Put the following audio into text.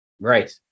Right